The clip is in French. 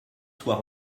soit